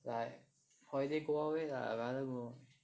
like holiday go Wild Wild Wet lah I rather go